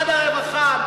משרד הרווחה,